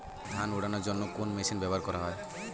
ধান উড়ানোর জন্য কোন মেশিন ব্যবহার করা হয়?